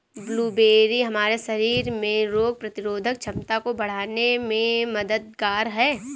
blueberry हमारे शरीर में रोग प्रतिरोधक क्षमता को बढ़ाने में मददगार है